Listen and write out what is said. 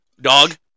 dog